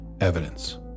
evidence